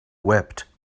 wept